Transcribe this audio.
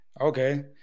okay